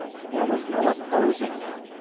there was no opposing them.